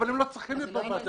רק הם לא צריכים להיות בוועדה,